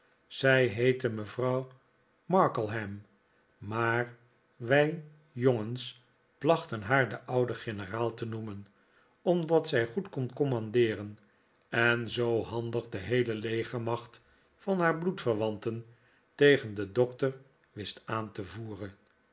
zij heette mevrouw markleham maar wij jongens plachten haar de oude generaal te noemen omdat zij goed kon commandeeren en zoo handig de heele legermacht van haar bloedverwanten tegen den doctor wist aan te voeren